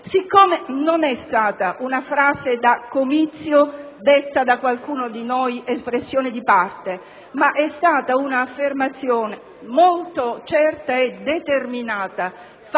Siccome non è stata una frase da comizio, detta da qualcuno di noi come espressione di parte, ma è stata un'affermazione certa e determinata,